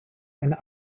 eine